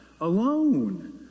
alone